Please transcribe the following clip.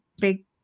big